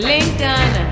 Lincoln